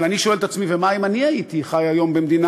אבל אני שואל את עצמי: ומה אם אני הייתי חי היום במדינה,